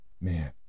Man